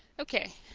okay